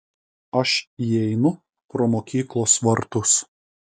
aš įeinu pro mokyklos vartus